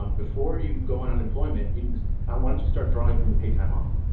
ah before you go on unemployment. you know i wanted to start drawing from your paid time off.